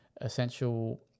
Essential